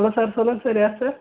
hello sir சொல்லுங்கள் sir யார் sir